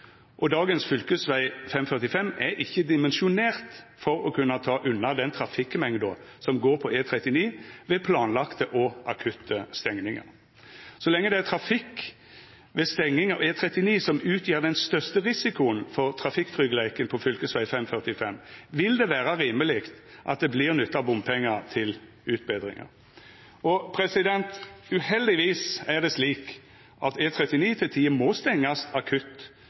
og dagens fv. 545 er ikkje dimensjonert for å kunna ta unna den trafikkmengda som går på E39 ved planlagde og akutte stengingar. Så lenge det er trafikk ved stenging av E39 som utgjer den største risikoen for trafikktryggleiken på fv. 545, vil det vera rimeleg at det vert nytta bompengar til utbetringa. Uheldigvis er det slik at E39 til tider må stengjast akutt